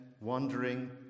wandering